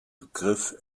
begriff